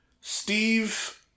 Steve